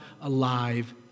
alive